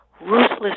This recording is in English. ruthless